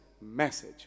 message